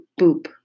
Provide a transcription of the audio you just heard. boop